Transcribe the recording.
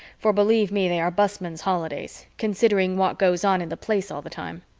for believe me they are busman's holidays, considering what goes on in the place all the time.